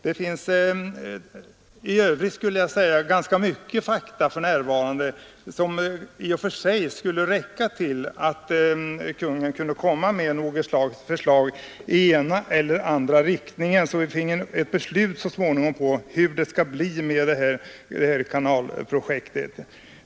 Det finns i övrigt ganska många fakta för närvarande, vilka i och för sig skulle räcka för att Kungl. Maj:t skall kunna komma med ett förslag i den ena eller andra riktningen. Därigenom skulle vi så småningom kunna få ett beslut om hur det skall bli med kanalprojektet.